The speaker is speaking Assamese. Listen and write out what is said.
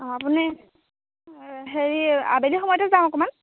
অঁ আপুনি হেৰি আবেলি সময়তে যাওঁ অকণমান